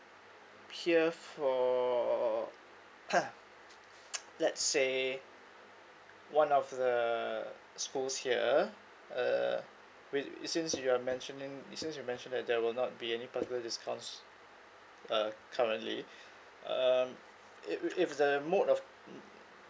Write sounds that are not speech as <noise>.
appeal for <coughs> <noise> let's say one of the schools here uh we it seems you are mentioning it seems you mention that there will not be any particular discounts uh currently um it with if the mode of <noise>